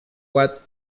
what